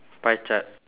pie chart